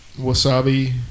wasabi